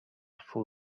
full